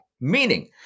Meaning